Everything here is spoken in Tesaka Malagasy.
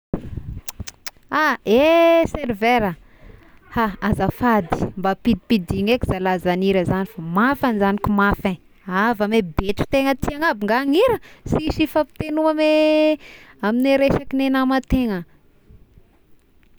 Ha, eh serveur ah, ha azafady mba ampidimbidigno eky zalahy izany hira izagny fa mafy agny zagny ka mafy eh, avy amin'ny betron-tegna aty agn'aby nga ny hira! sisy hifampitegno ame- amin'ny ny resaky nama tegna.